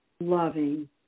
loving